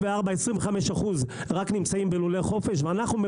24%-25% בלבד נמצאים בלולי חופש; ואנחנו,